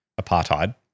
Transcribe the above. Apartheid